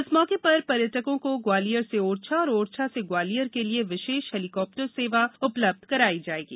इस मौके पर पर्यटकों को ग्वालियर से ओरछा और ओरछा से ग्वालियर के लिए विशेष हेलीकॉप्टर सेवा उपलब्ध कराई जायेगी